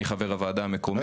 אני חבר הוועדה המקומית.